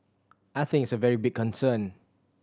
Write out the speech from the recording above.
I think it's a very big concern